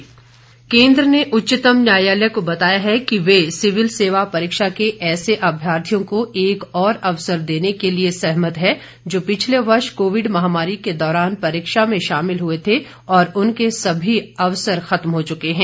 UPSC केंद्र ने उच्चतम न्यायालय को बताया है कि वह सिविल सेवा परीक्षा के ऐसे अभ्यर्थियों को एक और अवसर देने के लिए सहमत है जो पिछले वर्ष कोविड महामारी के दौरान परीक्षा में शामिल हुए थे और उनके सभी अवसर खत्म हो चुके हैं